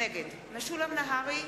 נגד משולם נהרי,